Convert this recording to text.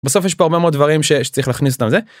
בסוף יש פה הרבה מאוד דברים שצריך להכניס את הזה.